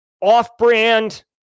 off-brand